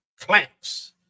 Clamps